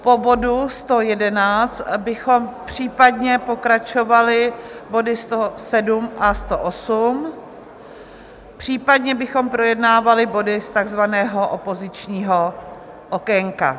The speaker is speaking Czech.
Po bodu 111 bychom případně pokračovali body 107 a 108, Případně bychom projednávali body z takzvaného opozičního okénka.